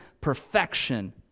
perfection